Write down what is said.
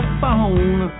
phone